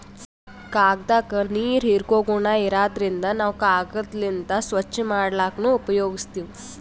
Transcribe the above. ಕಾಗ್ದಾಕ್ಕ ನೀರ್ ಹೀರ್ಕೋ ಗುಣಾ ಇರಾದ್ರಿನ್ದ ನಾವ್ ಕಾಗದ್ಲಿಂತ್ ಸ್ವಚ್ಚ್ ಮಾಡ್ಲಕ್ನು ಉಪಯೋಗಸ್ತೀವ್